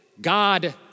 God